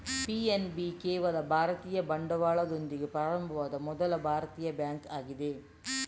PNB ಕೇವಲ ಭಾರತೀಯ ಬಂಡವಾಳದೊಂದಿಗೆ ಪ್ರಾರಂಭವಾದ ಮೊದಲ ಭಾರತೀಯ ಬ್ಯಾಂಕ್ ಆಗಿದೆ